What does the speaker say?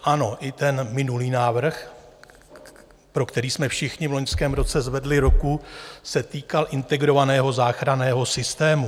Ano, i ten minulý návrh, pro který jsme všichni v loňském roce zvedli ruku, se týkal integrovaného záchranného systému.